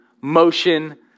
motion